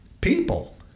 people